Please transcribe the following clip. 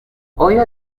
آیا